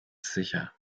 sicher